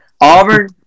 Auburn